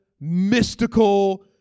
mystical